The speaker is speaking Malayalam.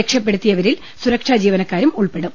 രക്ഷപ്പെടുത്തിയവരിൽ സുരക്ഷാ ജീവന ക്കാരും ഉൾപ്പെടും